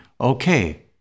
okay